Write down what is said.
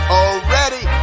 already